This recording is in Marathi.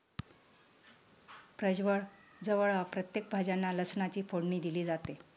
प्रजवळ जवळ प्रत्येक भाज्यांना लसणाची फोडणी दिली जाते